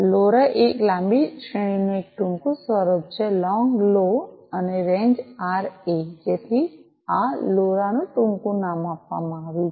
LoRa એ લાંબી શ્રેણીનું ટૂંકું સ્વરૂપ છે લોન્ગ લો અને રેન્જ આરએ જેથી આ લોરા નું ટૂંકું નામ આપવામાં આવ્યું છે